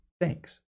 thanks